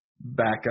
backup